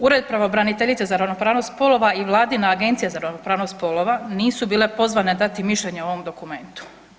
Ured pravobraniteljice za ravnopravnost spolova i Vladina Agencija za ravnopravnost spolova nisu bile pozvane dati mišljenje o ovom dokumentu.